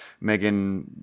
Megan